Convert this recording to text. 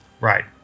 Right